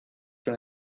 when